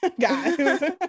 guys